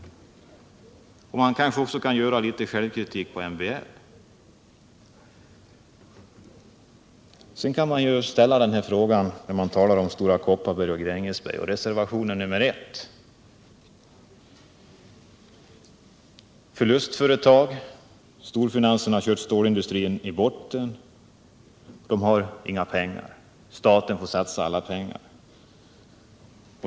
Socialdemokraterna kanske också kan vara litet självkritiska när det gäller MBL. När man talar om Stora Kopparberg och Grängesberg i reservationen uppkommer andra frågor. Det talas om förlustföretag, och storfinansen har kört stålindustrin i botten. De har inga pengar. Staten får satsa alla pengar.